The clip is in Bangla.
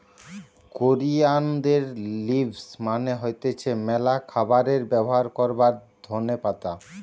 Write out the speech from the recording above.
কোরিয়ানদের লিভস মানে হতিছে ম্যালা খাবারে ব্যবহার করবার ধোনে পাতা